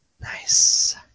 Nice